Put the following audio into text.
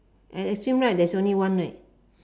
and at same right there's only one right